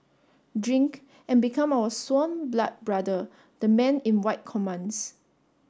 drink and become our sworn blood brother the man in white commands